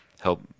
help